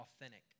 authentic